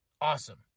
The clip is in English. Awesome